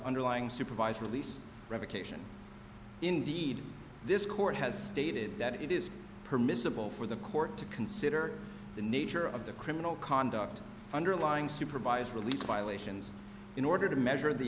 underlying supervised release revocation indeed this court has stated that it is permissible for the court to consider the nature of the criminal conduct underlying supervised release violations in order to measure the